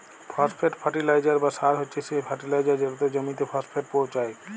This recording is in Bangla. ফসফেট ফার্টিলাইজার বা সার হছে সে ফার্টিলাইজার যেটতে জমিতে ফসফেট পোঁছায়